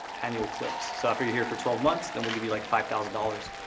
annual clips. so, after you're here for twelve months, then we'll give you like five thousand dollars,